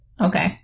Okay